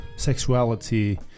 sexuality